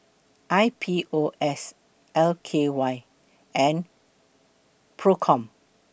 I P O S L K Y and PROCOM